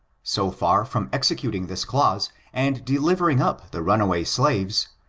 so far from executing this clause, and delivering up the runaway slaves,